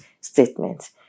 statement